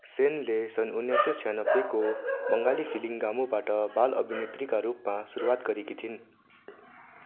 सेनले सन् उन्नाइसौँ छयान्नब्बेको बङ्गाली फिल्म दामुबाट बाल अभिनेत्रीका रूपमा सुरुवात गरेकी थिइन्